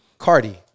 Cardi